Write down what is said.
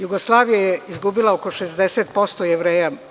Jugoslavija je izgubila oko 60% Jevreja.